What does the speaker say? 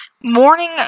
morning